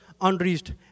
unreached